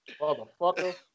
Motherfucker